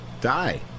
Die